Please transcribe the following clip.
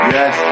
Yes